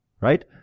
right